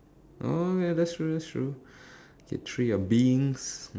oh ya that's true that's true get through your beings